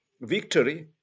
victory